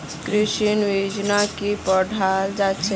कृषि विज्ञानत की पढ़ाल जाछेक